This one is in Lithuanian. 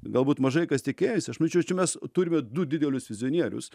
galbūt mažai kas tikėjosi aš mačiau čia mes turime du didelius vizionierius